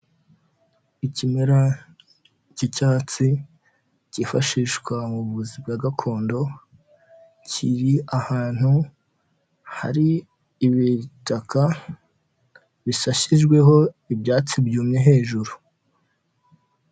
Ikimera cy'icyatsi cyifashishwa mu buvuzi bwa gakondo, kiri ahantu hari ibitaka bisashijweho ibyatsi byumye hejuru.